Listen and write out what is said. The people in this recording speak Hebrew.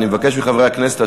אני מבקש מחברי הכנסת,